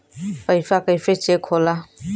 पैसा कइसे चेक होला?